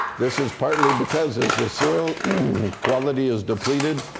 this is partly because as the soil quality is depleted,